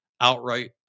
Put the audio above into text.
outright